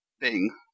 Bing